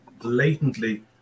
blatantly